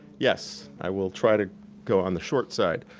yes, i will try to go on the short side.